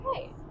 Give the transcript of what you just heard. okay